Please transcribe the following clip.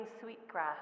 Sweetgrass